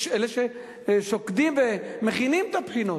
אלה ששוקדים ומכינים את הבחינות.